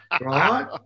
Right